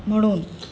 म्हणून